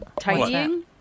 tidying